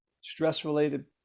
stress-related